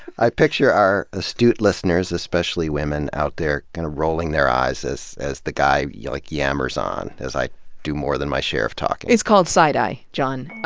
i picture our astute listeners, especially women, out there rolling their eyes as as the guy yeah like yammers on, as i do more than my share of talking. it's ca lled side-eye, john.